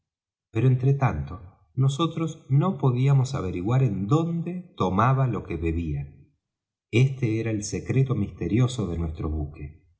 pero entre tanto nosotros no podíamos averiguar en dónde tomaba lo que bebía este era el secreto misterioso de nuestro buque